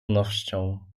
wnością